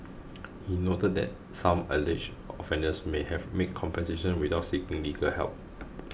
he noted that some alleged offenders may have made compensations without seeking legal help